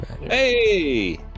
Hey